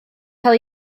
cael